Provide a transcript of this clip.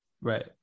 Right